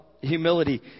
humility